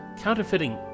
Counterfeiting